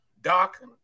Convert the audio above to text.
Doc